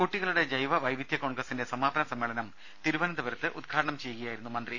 കുട്ടികളുടെ ജൈവ വൈവിധ്യ കോൺഗ്രസിന്റെ സമാപന സമ്മേളനം തിരുവനന്തപു രത്ത് ഉദ്ഘാടനം ചെയ്യുകയായിരുന്നു അദ്ദേഹം